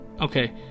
Okay